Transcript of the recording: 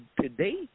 today